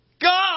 God